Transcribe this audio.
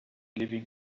living